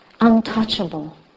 untouchable